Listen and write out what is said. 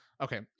Okay